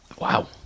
Wow